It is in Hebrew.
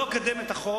אני לא אקדם את החוק